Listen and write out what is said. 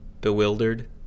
bewildered